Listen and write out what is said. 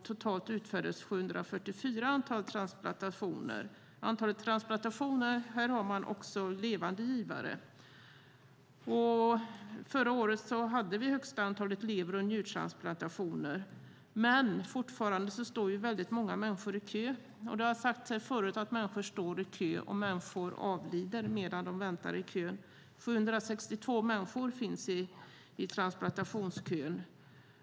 Totalt utfördes 744 transplantationer. I antalet transplantationer ingår också levande givare. Förra året hade vi det högsta antalet lever och njurtransplantationer hittills, men fortfarande står väldigt många människor i kö. Det har sagts här förut att människor står i kö och att människor avlider medan de väntar i kö. 762 människor finns i transplantationsköer.